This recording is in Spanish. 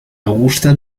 augusta